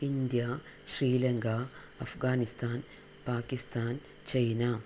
India Sri Lanka Afghanistan Pakistan China